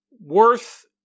worth